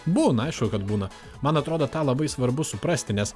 būna aišku kad būna man atrodo tą labai svarbu suprasti nes